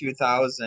2000